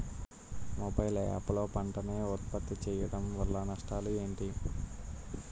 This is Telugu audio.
మొబైల్ యాప్ లో పంట నే ఉప్పత్తి చేయడం వల్ల నష్టాలు ఏంటి?